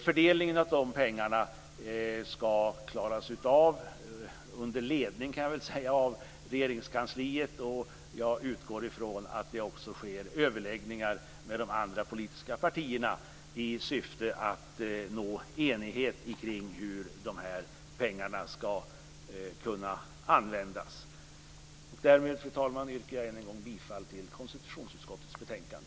Fördelningen av de pengarna skall klaras av så att säga under ledning av Regeringskansliet, och jag utgår ifrån att det också sker överläggningar med de andra politiska partierna i syfte att nå enighet kring hur dessa pengar skall kunna användas. Därmed, fru talman, yrkar jag än en gång bifall till hemställan i konstitutionsutskottets betänkande.